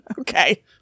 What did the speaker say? Okay